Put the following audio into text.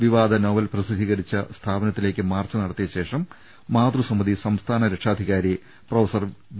വിവാദ നോവൽ പ്രസിദ്ധീക രിച്ച സ്ഥാപനത്തിലേക്ക് മാർച്ച് നടത്തിയശേഷം മാതൃ സമിതി സംസ്ഥാന രക്ഷാധികാരി പ്രൊഫസർ വി